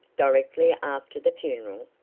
directly after the funeral?